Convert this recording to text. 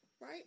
right